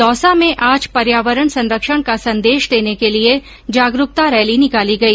दौसा में आज पर्यावरण संरक्षण का संदेश देने के लिए जागरूकता रैली निकाली गई